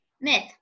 Myth